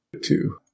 Two